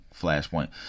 flashpoint